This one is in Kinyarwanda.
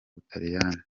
butaliyani